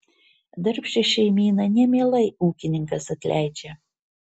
darbščią šeimyną nemielai ūkininkas atleidžia